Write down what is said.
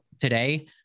today